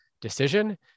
decision